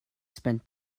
spend